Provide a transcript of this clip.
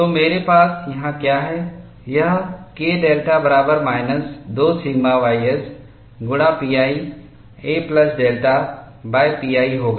तो मेरे पास यहाँ क्या है यह K डेल्टा माइनस 2 सिग्माके बराबर ys से गुणा एक प्लस डेल्टा में pi द्वारा pi से विभाजित होगा